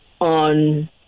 on